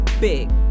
big